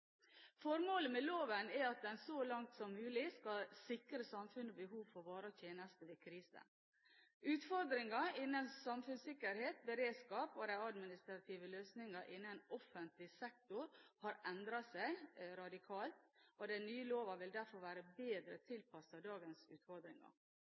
Formålet med loven er at den så langt som mulig skal sikre samfunnets behov for varer og tjenester ved kriser. Utfordringer innen samfunnssikkerhet, beredskap og de administrative løsninger innen offentlig sektor har endret seg radikalt, og den nye loven vil derfor være bedre